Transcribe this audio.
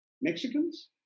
Mexicans